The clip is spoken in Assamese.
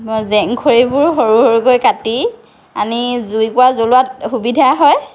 মই জেং খৰিবোৰ সৰু সৰুকৈ কাটি আনি জুইকোৰা জলোৱাত সুবিধা হয়